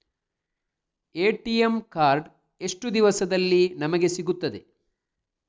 ATM card ಎಷ್ಟು ದಿವಸದಲ್ಲಿ ನಮಗೆ ಸಿಗುತ್ತದೆ?